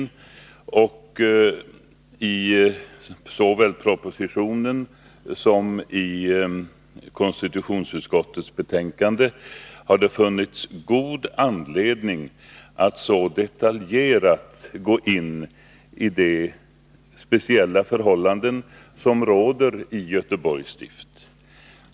Det har således funnits god anledning att i såväl propositionen som konstitutionsutskottets betänkande så detaljerat som möjligt gå in i de speciella förhållanden som råder i Göteborgs stift.